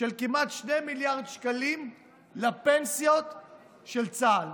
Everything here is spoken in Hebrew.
של כמעט 2 מיליארד שקלים לפנסיות של צה"ל.